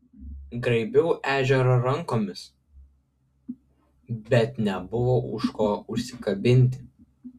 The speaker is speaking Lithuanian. graibiau ežerą rankomis bet nebuvo už ko užsikabinti